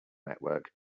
network